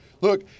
Look